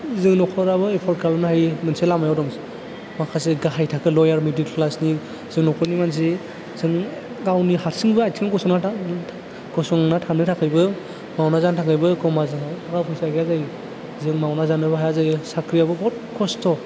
जों नखराबो एपर्ट खालामनो हायो मोनसे लामायाव दं माखासे गाहाय थाखो लयार मिडिल क्लासनि जों नखरनि मानसि जों गावनि हारसिबो आथिं गसंना थानो थाखायबो मावना जानो थाखायबो एखनबा जोंनाव टाखा फैसा गैया जायो जों मावना जानोबो हाया जायो साख्रिआवबो बहुद खस्थ